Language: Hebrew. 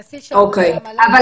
בסדר,